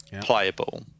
playable